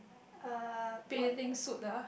uh what uh